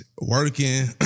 Working